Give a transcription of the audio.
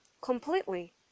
completely